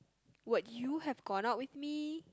would you have gone out with me